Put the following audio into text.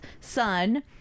son